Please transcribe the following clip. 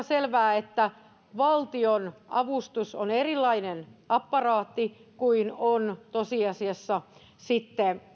selvää että valtionavustus on erilainen apparaatti kuin on tosiasiassa sitten